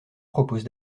propose